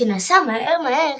שנסעה מהר מהר